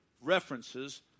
references